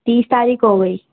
تیس تاریخ ہو گئی